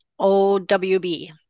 OWB